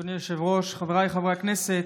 אדוני היושב-ראש, חבריי חברי הכנסת,